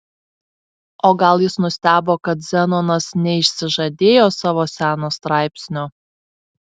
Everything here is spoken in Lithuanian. o gal jis nustebo kad zenonas neišsižadėjo savo seno straipsnio